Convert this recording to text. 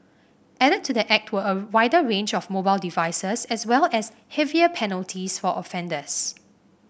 added to the act were a wider range of mobile devices as well as heavier penalties for offenders